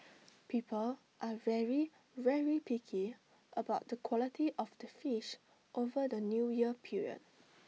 people are very very picky about the quality of the fish over the New Year period